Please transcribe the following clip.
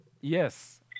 Yes